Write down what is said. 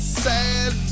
sad